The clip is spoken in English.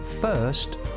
first